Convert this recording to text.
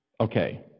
Okay